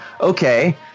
Okay